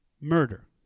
murder